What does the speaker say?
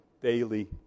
daily